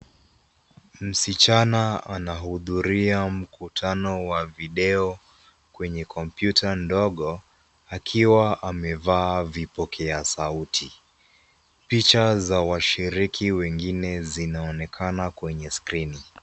Msichana anahudhuria mkutano wa video kwenye kompyuta ndogo akiwa amevaa vipokea sauti. Picha za washiriki wengine zinaonekana kwenye skirini.